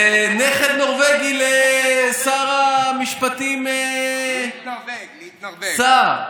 זה נכד נורבגי לשר המשפטים סער.